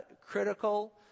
critical